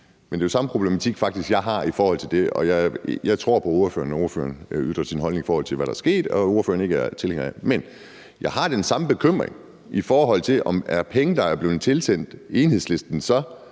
Men det er faktisk den samme problematik, jeg ser i forhold til det, og jeg tror på ordføreren, når ordføreren ytrer sin holdning om, hvad der er sket, og når ordføreren siger, at hun ikke er tilhænger af det. Men jeg har den samme bekymring, i forhold til om penge, der er blevet tilsendt Enhedslisten, så